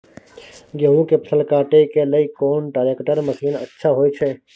गेहूं के फसल काटे के लिए कोन ट्रैक्टर मसीन अच्छा होय छै?